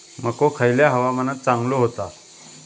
मको खयल्या हवामानात चांगलो होता?